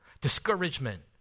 discouragement